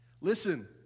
listen